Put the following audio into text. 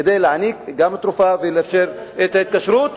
כדי להעניק תרופה ולאפשר את ההתקשרות,